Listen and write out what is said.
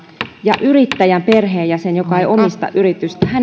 ja yrittäjän perheenjäsenen joka ei omista yritystä